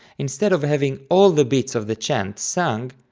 instead of having all the bits of the chant sung,